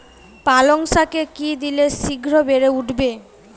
পালং শাকে কি দিলে শিঘ্র বেড়ে উঠবে?